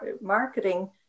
marketing